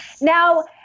Now